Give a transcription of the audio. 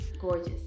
Gorgeous